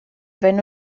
wenn